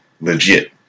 legit